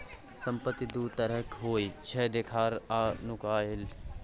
संपत्ति दु तरहक होइ छै देखार आ नुकाएल